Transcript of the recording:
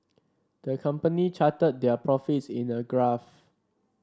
the company charted their profits in a graph